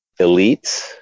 elites